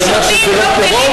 אני אומר שזה לא טרור?